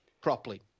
properly